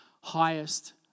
highest